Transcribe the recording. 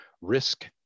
risk